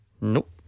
Nope